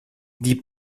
die